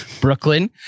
Brooklyn